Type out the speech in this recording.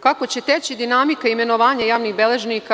Kako će teći dinamika imenovanja javnih beležnika?